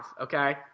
okay